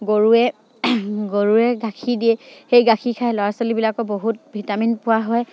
গৰুৱে গৰুৱে গাখীৰ দিয়ে সেই গাখীৰ খাই ল'ৰা ছোৱালীবিলাকেও বহুত ভিটামিন পোৱা হয়